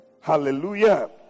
Hallelujah